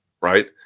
right